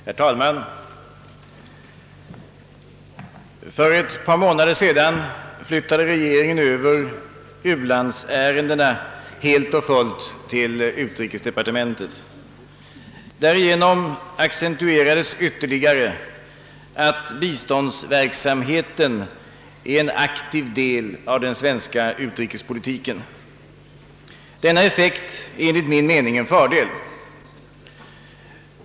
Herr talman! För ett par månader sedan flyttade regeringen över u-landsärendena helt och fullt till utrikesdepartementet. Därigenom accentuerades ytterligare att biståndsverksamheten är en aktiv del av den svenska utrikespolitiken. Denna effekt är enligt min mening en fördel.